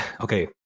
okay